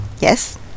Yes